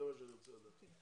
זה מה שאני רוצה לדעת.